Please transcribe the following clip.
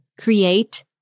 create